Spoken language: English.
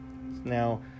Now